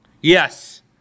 Yes